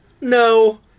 no